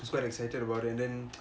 it's quite excited about that and then